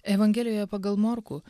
evangelijoje pagal morkų